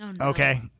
Okay